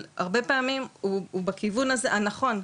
אבל הרבה פעמים הוא בכיוון הנכון,